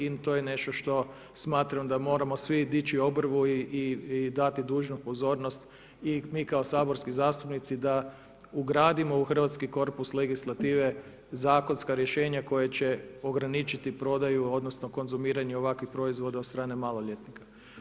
I to je nešto što smatram da moramo dići obrvu i dati dužnu pozornost i mi kao saborski zastupnici da ugradimo u hrvatski korpus legislative zakonska rješenja koja će ograničiti prodaju odnosno konzumiranje ovakvih proizvoda od strane maloljetnika.